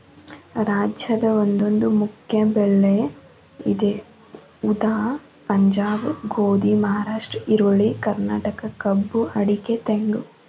ರಾಜ್ಯದ ಒಂದೊಂದು ಮುಖ್ಯ ಬೆಳೆ ಇದೆ ಉದಾ ಪಂಜಾಬ್ ಗೋಧಿ, ಮಹಾರಾಷ್ಟ್ರ ಈರುಳ್ಳಿ, ಕರ್ನಾಟಕ ಕಬ್ಬು ಅಡಿಕೆ ತೆಂಗು